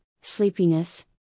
sleepiness